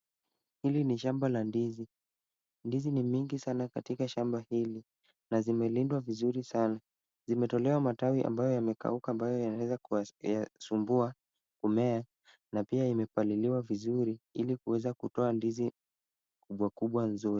Hili ni shamba la ndizi. Ndizi ni mingi sana katika shamba hili na zimelindwa vizuri saana. Zimetolewa matawi ambayo yamekauka ambayo yanaweza kuyasumbua kumea na pia imepaliliwa vizuri ili kuweza kutoa ndizi kubwa kubwa nzuri.